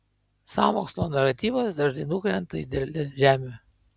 sąmokslo naratyvas dažnai nukrenta į derlią žemę